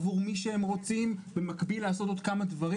עבור מי שהם רוצים ובמקביל לעשות עוד כמה דברים.